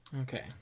Okay